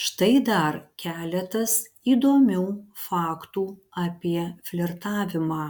štai dar keletas įdomių faktų apie flirtavimą